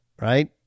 right